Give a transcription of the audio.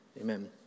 amen